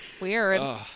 Weird